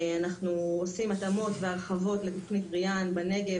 אנחנו עושים התאמות והרחבות לתוכנית הקודמת בנגב.